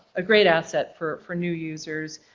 a great asset for for new users.